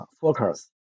focus